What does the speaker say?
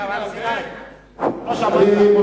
אני מאוד מודה לך.